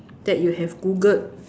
that you have googled